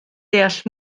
deall